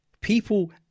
People